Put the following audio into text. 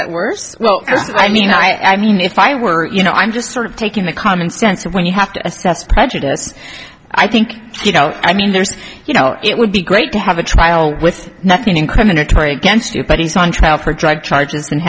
that worse well i mean i mean if i were you know i'm just sort of taking a common sense when you have to assess prejudice i think you know i mean there's you know it would be great to have a trial with nothing incriminatory against you but he's on trial for drug charges and